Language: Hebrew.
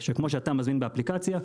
כמו שאתה מזמין באפליקציה,